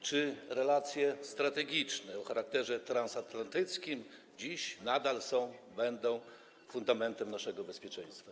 Czy relacje strategiczne o charakterze transatlantyckim dziś nadal są, będą fundamentem naszego bezpieczeństwa?